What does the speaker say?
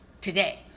today